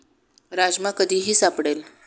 राजमा कधीही सापडेल